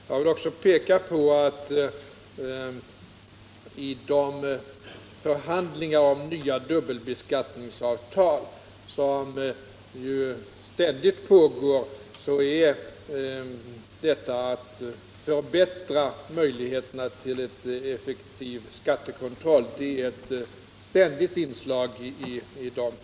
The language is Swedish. Jag vill även peka på att i de förhandlingar om nya dubbelbeskattningsavtal som ständigt pågår är detta att förbättra möjligheterna för en effektiv skattekontroll ett ständigt inslag.